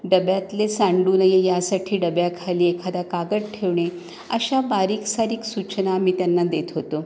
डब्यातले सांडू नाही यासाठी डब्याखाली एखादा कागद ठेवणे अशा बारीकसारीक सूचना आम्ही त्यांना देत होतो